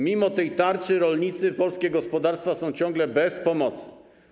Mimo tej tarczy rolnicy, polskie gospodarstwa są ciągle bez pomocy.